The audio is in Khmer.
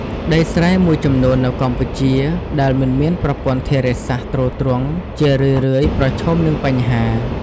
ដីស្រែមួយចំនួននៅកម្ពុជា ដែលមិនមានប្រព័ន្ធធារាសាស្ត្រទ្រទ្រង់ ជារឿយៗប្រឈមនឹងបញ្ហា៖